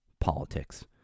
Politics